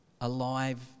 alive